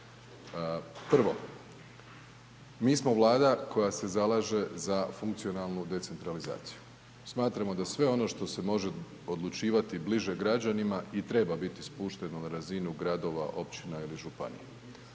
Prvo, mi smo vlada koja se zalaže za funkcionalnu decentralizaciju. Smatramo da sve ono što se može odlučivati bliže građanima i treba biti spušten na razinu, gradova općina ili županija.